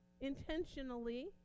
intentionally